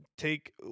take